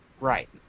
Right